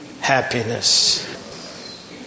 happiness